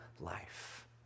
life